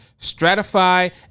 Stratify